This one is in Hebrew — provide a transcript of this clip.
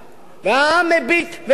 והעם מביט ושופט.